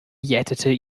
jätete